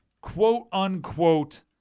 quote-unquote